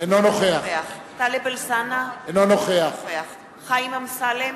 אינו נוכח טלב אלסאנע, אינו נוכח חיים אמסלם,